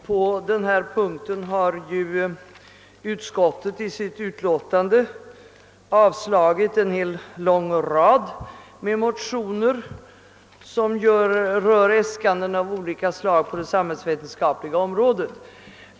Herr talman! På denna punkt har utskottet i sitt utlåtande avstyrkt en hel lång rad av motioner som rör äskanden av olika slag på det samhällsvetenskapliga området.